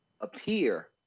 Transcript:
appear